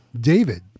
David